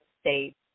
states